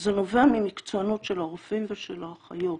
וזה נובע ממקצוענות של הרופאים ושל האחיות,